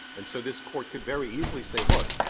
and so this court could very easily say, look,